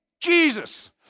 Jesus